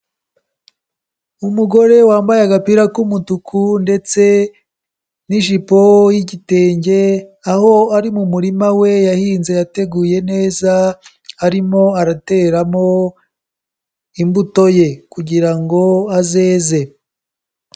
Umugore wambaye agapira k'umutuku ndetse n'ijipo y'igitenge, aho ari mu murima we yahinze yateguye neza, arimo arateramo imbuto ye kugira ngo azeze.